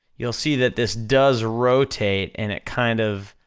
you'll see that this does rotate, and it kind of,